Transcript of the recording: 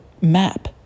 map